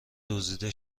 دزدیده